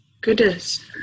goodness